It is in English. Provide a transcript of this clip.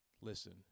listen